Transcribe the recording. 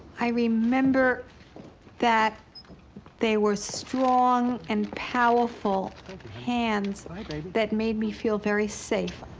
i remember that they were strong and powerful hands that made me feel very safe.